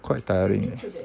quite tiring